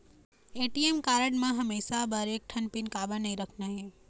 ATM card म हमेशा बर एक ठन पिन काबर नई रखना हे?